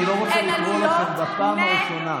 אני לא רוצה לקרוא אתכם בפעם הראשונה.